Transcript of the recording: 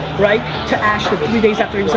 right? to ashton three days after he was in,